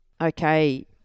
Okay